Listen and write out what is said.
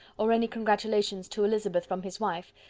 or any congratulations to elizabeth from his wife,